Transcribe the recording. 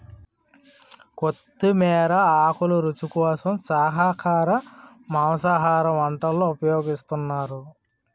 కొత్తిమీర ఆకులు రుచి కోసం శాఖాహార మాంసాహార వంటల్లో ఉపయోగిస్తున్నారు